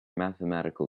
mathematical